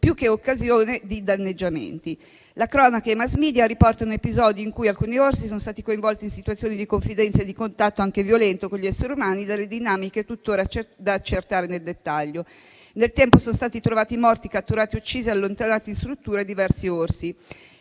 più che occasione di danneggiamenti. La cronaca e i mass media riportano gli episodi in cui alcuni orsi sono stati coinvolti in situazioni di confidenza e di contatto, anche violento, con esseri umani, dalle dinamiche tuttora da accertare nel dettaglio; nel tempo sono stati trovati morti, catturati, uccisi o allontanati in strutture diversi orsi;